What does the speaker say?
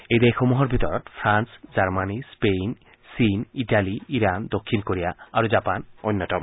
এই দেশসমূহৰ ভিতৰত ফ্ৰান্স জাৰ্মনী স্পেইন চীন ইটালী ইৰাণ দক্ষিণ কোৰিয়া আৰু জাপান অন্যতম